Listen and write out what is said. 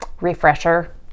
refresher